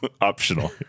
Optional